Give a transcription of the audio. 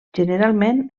generalment